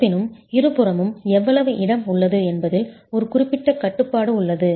இருப்பினும் இருபுறமும் எவ்வளவு இடம் உள்ளது என்பதில் ஒரு குறிப்பிட்ட கட்டுப்பாடு உள்ளது